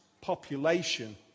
population